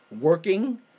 working